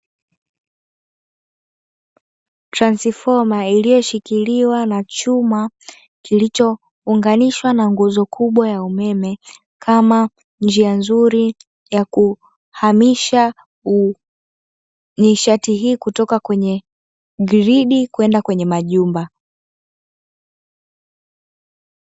Transifoma iliyoshikiliwa na chuma kilichounganishwa na nguzo kubwa ya umeme, kama njia nzuri ya kuhamisha nishati hii kutoka kwenye gridi kwenda kwenye majumba.